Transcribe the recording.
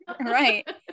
Right